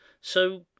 so